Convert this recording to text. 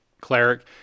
cleric